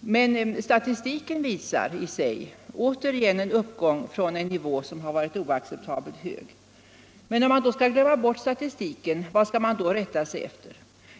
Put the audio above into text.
Men statistiken visar i sig återigen en uppgång från en nivå som har varit oacceptabelt hög. Och om man skall glömma bort statistiken, vad skall man då rätta sig efter?